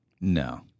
No